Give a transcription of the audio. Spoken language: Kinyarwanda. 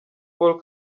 paul